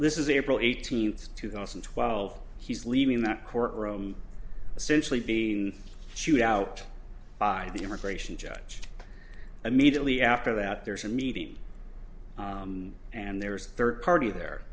this is april eighteenth two thousand and twelve he's leaving that court room essentially being chewed out by the immigration judge immediately after that there's a meeting and there is third party there